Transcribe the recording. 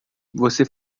você